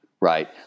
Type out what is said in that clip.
right